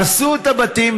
הרסו את הבתים,